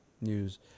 News